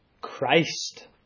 christ